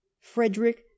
Frederick